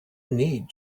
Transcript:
need